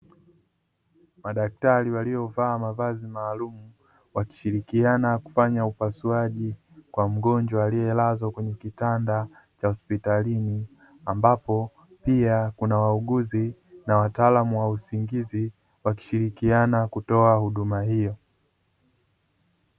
Madaktari waliovaa mavazi maalumu wakishirikiana kufanya upasuaji kwa mgonjwa aliyelazwa kwenye kitanda cha hospitalini, ambapo pia kuna wauguzi na wataalamu wa usingizi wakishirikiana kutoa huduma hiyo.